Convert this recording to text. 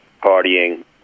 partying